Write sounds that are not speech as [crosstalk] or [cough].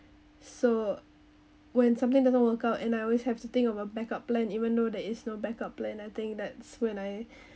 so when something doesn't work out and I always have to think about backup plan even though there is no backup plan I think that's when I [breath]